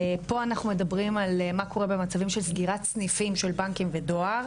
פה אנחנו מדברים על מה קורה במצבים של סגירת סניפים של בנקים ודואר,